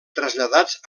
traslladats